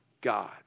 God